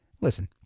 listen